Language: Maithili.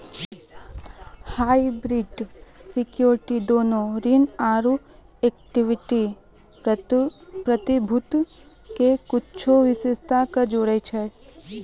हाइब्रिड सिक्योरिटीज दोनो ऋण आरु इक्विटी प्रतिभूति के कुछो विशेषता के जोड़ै छै